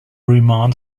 remand